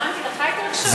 גרמתי לך התרגשות?